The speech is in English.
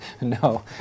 No